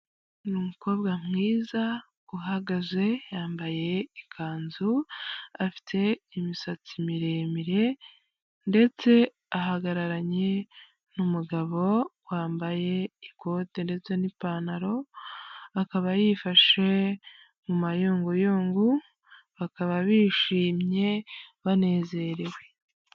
Ni umukobwa mwiza uhagaze yambaye ikanzu, afite imisatsi miremire ndetse ahagararanye n'umugabo wambaye ikote ndetse n'ipantaro, akaba yifashe mu mayunguyungu bakaba bishimye banezerewe.